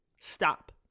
stop